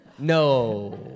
No